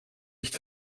nicht